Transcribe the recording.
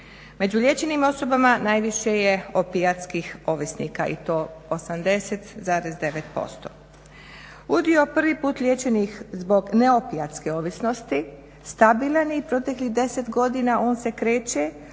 Među liječenim osobama najviše je opijatskih ovisnika i to 80,9%. Udio prvi put liječenih zbog neopijatske ovisnosti stabilan je i proteklih 10 godina on se kreće